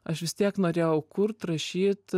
aš vis tiek norėjau kurt rašyt